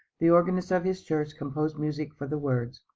the organist of his church composed music for the words,